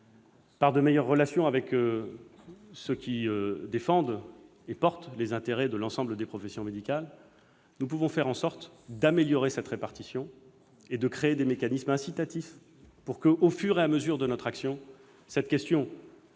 et de meilleures relations avec ceux qui défendent les intérêts des professions médicales, nous pouvons cependant faire en sorte d'améliorer cette répartition et de créer des mécanismes incitatifs pour que, au fur et à mesure de notre action, la question,